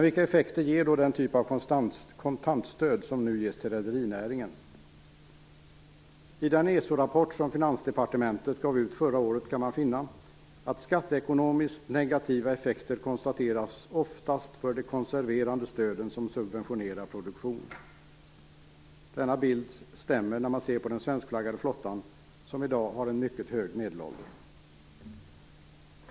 Vilka effekter ger då den typ av kontantstöd som nu ges till rederinäringen? I den ESO-rapport som Finansdepartementet gav ut förra året kan man finna att skattekonomiskt negativa effekter konstateras oftast för de konserverande stöden som subventionerar produktionen. Denna bild stämmer när man ser på den svenskflaggade flottan som i dag har en mycket hög medelålder.